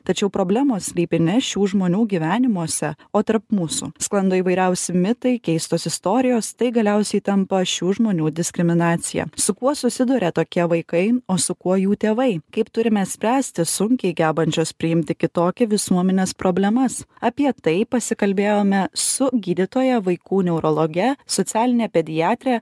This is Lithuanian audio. tačiau problemos slypi ne šių žmonių gyvenimuose o tarp mūsų sklando įvairiausi mitai keistos istorijos tai galiausiai tampa šių žmonių diskriminacija su kuo susiduria tokie vaikai o su kuo jų tėvai kaip turime spręsti sunkiai gebančios priimti kitokią visuomenės problemas apie tai pasikalbėjome su gydytoja vaikų neurologe socialine pediatre